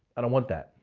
i don't want that.